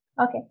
okay